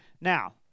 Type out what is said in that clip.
Now